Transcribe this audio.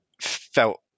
felt